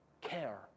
care